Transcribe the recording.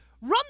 run